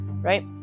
right